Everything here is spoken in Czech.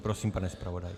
Prosím, pane zpravodaji.